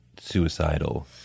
suicidal